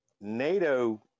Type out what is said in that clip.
NATO